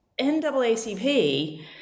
NAACP